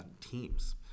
teams